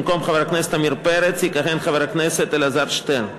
במקום חבר הכנסת עמיר פרץ יכהן חבר הכנסת אלעזר שטרן.